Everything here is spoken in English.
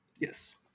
Yes